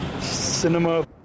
Cinema